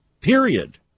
period